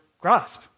grasp